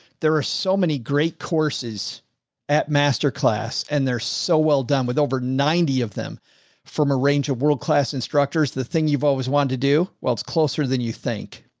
there are so many great courses at masterclass and they're so well done with over ninety of them from a range of world-class instructors. the thing you've always wanted to do well, it's closer than you think.